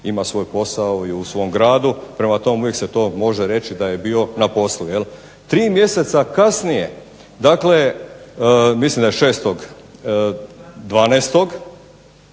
ima svoj posao i u svom gradu, prema tom uvijek se to može reći da je bio na poslu jel'. Tri mjeseca kasnije, dakle mislim da je 6.12.